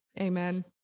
Amen